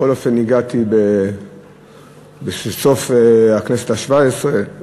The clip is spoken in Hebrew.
בכל אופן הגעתי בסוף הכנסת השבע-עשרה,